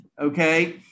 Okay